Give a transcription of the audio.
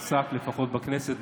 עסק לפחות בכנסת,